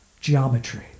Geometry